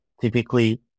typically